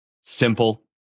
simple